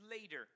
later